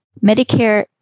Medicare